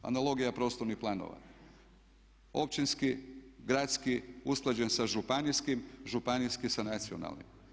Analogija prostornih planova, općinski, gradski usklađen sa županijskim, županijski sa nacionalnim.